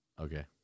Okay